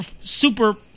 super